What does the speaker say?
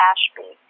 Ashby